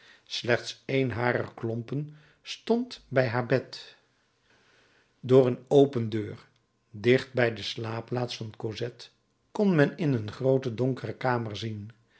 slechts één harer klompen stond bij haar bed door een open deur dicht bij de slaapplaats van cosette kon men in een groote donkere kamer zien